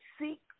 seek